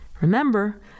Remember